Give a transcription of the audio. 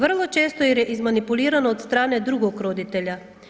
Vrlo često jer je izmanipulirano od strane drugog roditelja.